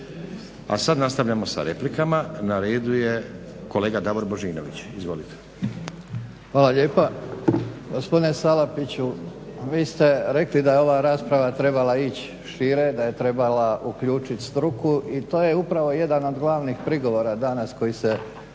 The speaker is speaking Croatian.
A sad nastavljamo sa replikama. Na redu je kolega Davor Božinović, izvolite. **Božinović, Davor (HDZ)** Hvala lijepa. Gospodine Salapiću, vi ste rekli da je ova rasprava trebala ići šire, da je trebala uključiti struku i to je upravo jedan od glavnih prigovora danas koji se